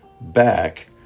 back